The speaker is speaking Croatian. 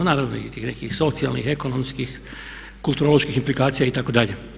Naravno i tih nekih socijalnih, ekonomskih, kulturoloških implikacija itd.